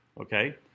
Okay